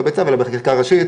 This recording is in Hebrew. לא בצו אלא בחקיקה ראשית,